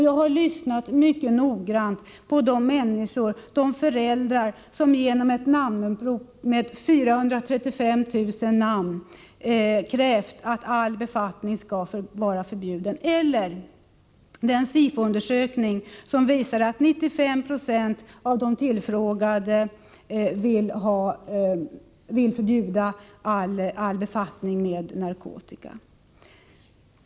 Jag har lyssnat mycket noggrant på de människor, de föräldrar, som genom ett namnupprop med 435 000 namn krävt att all befattning skall vara förbjuden. Det finns också en Sifoundersökning som visar att 95 96 av de tillfrågade vill förbjuda all befattning med narkotika.